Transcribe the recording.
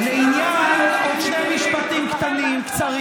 עוד שני משפטים קטנים, קצרים.